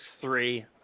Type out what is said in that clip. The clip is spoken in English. three